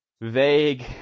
vague